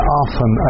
often